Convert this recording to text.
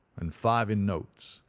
and five in notes.